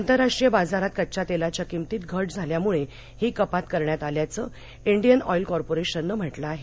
आंतरराष्ट्रीय बाजारात कच्च्या तेलाच्या किमतीत घट झाल्यामुळे ही कपात करण्यात आल्याचं इंडियन ऑईल कॉर्पोरेशन न म्हटलं आहे